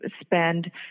spend